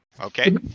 Okay